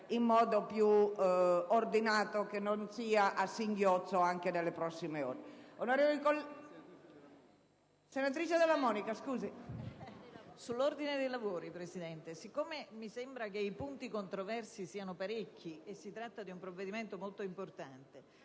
in modo più ordinato, e non a singhiozzo anche nelle prossime ore.